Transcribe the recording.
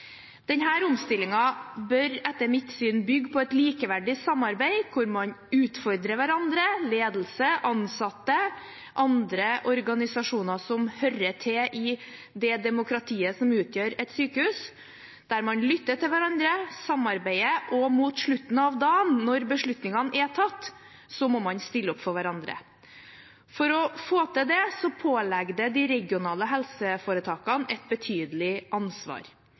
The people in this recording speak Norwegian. bør etter mitt syn bygge på et likeverdig samarbeid, hvor man utfordrer hverandre – ledelse, ansatte og andre organisasjoner som hører til i det demokratiet som utgjør et sykehus – hvor man lytter til hverandre, samarbeider og mot slutten av dagen, når beslutningene er tatt, stiller opp for hverandre. For å få til det påligger det de regionale helseforetakene et betydelig ansvar.